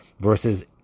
versus